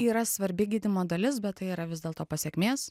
yra svarbi gydymo dalis bet tai yra vis dėlto pasekmės